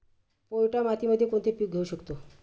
पोयटा मातीमध्ये कोणते पीक घेऊ शकतो?